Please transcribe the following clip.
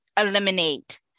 eliminate